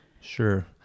Sure